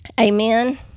Amen